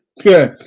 Okay